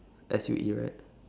S U E right